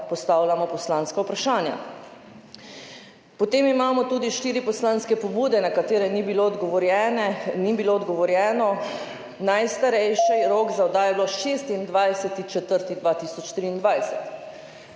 poslanska vprašanja. Potem imamo tudi štiri poslanske pobude, na katere ni bilo odgovorjeno, najstarejša je imela rok za oddajo 26. 4. 2023.